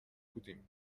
بودیم